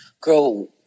Girl